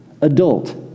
adult